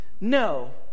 No